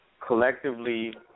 collectively